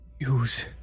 Use